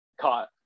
caught